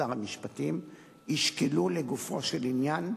שר המשפטים, ישקלו לגופו של עניין,